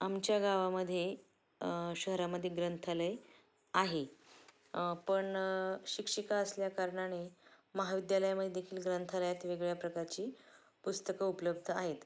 आमच्या गावामध्ये शहरामध्ये ग्रंथालय आहे पण शिक्षिका असल्याकारणाने महाविद्यालयामध्ये देखील ग्रंथालयात वेगळ्या प्रकारची पुस्तकं उपलब्ध आहेत